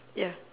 ya